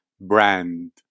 brand